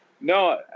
No